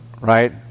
Right